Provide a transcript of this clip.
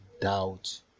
doubt